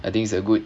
I think it's a good